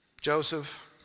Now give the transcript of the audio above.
Joseph